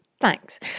thanks